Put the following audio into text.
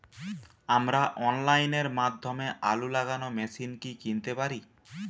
আমরা অনলাইনের মাধ্যমে আলু লাগানো মেশিন কি কিনতে পারি?